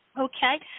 Okay